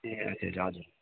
ए अच्छा अच्छा हजुर